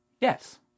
Yes